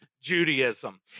Judaism